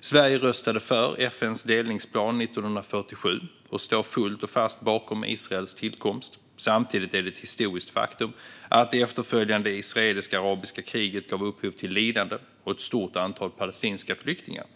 Sverige röstade för FN:s delningsplan 1947 och står fullt och fast bakom Israels tillkomst. Samtidigt är det ett historiskt faktum att det efterföljande israelisk-arabiska kriget gav upphov till lidande och ett stort antal palestinska flyktingar.